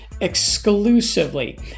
exclusively